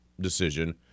decision